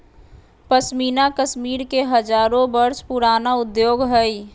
पश्मीना कश्मीर के हजारो वर्ष पुराण उद्योग हइ